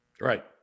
Right